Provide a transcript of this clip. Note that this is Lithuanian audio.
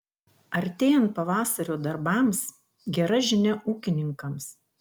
artėjant pavasario darbams gera žinia ūkininkams